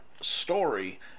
story